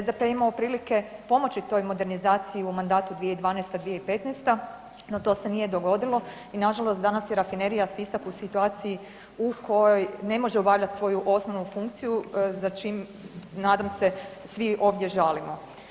SDP je imao prilike pomoći toj modernizaciji u mandatu 2012.-2015., no to se nije dogodilo i nažalost danas je rafinerija Sisak u situaciji u kojoj ne može obavljati svoju osnovnu funkciju, za čim nadam se svi ovdje žalimo.